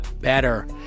better